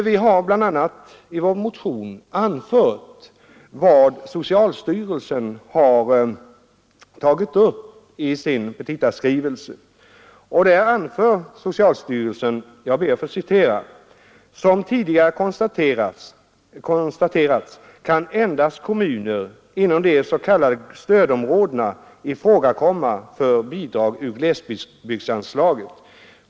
Vi har i vår motion bl.a. hänvisat till följande uttalande av socialstyrelsen i dess petitaskrivelse: ”Som tidigare konstaterats kan endast kommuner inom de s.k. stödområdena ifrågakomma för bidrag ur ”glesbygdsanslaget'.